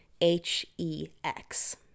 H-E-X